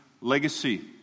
legacy